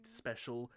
special